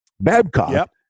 Babcock